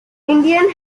indian